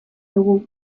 dugu